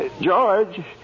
George